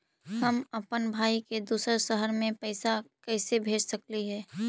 हम अप्पन भाई के दूसर शहर में पैसा कैसे भेज सकली हे?